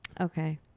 Okay